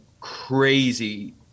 crazy